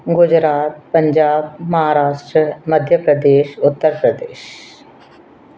Gujarat Punjab Maharashtra Madhya Pradesh Uttar Pradesh